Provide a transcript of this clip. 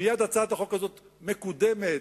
מייד הצעת החוק הזאת מקודמת